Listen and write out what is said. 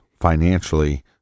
financially